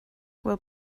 will